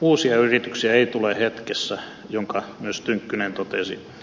uusia yrityksiä ei tule hetkessä minkä myös tynkkynen totesi